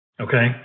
okay